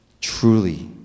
truly